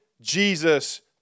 Jesus